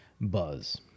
buzz